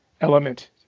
element